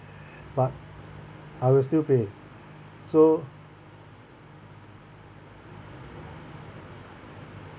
but I will still pay so